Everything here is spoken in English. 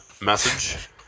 Message